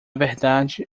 verdade